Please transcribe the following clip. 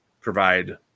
provide